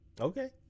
Okay